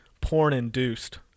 porn-induced